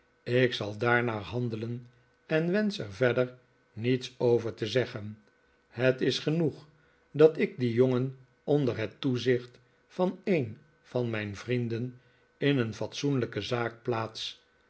ik zal daarnaar handelen en wensch er verder niets over te zeggen het is genoeg dat ik dien jongen onder het toezicht van een van mijn vrienden in ee fatsoenlijke zaak plaats